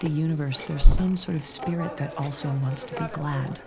the universe there's some sort of spirit that also wants to be glad,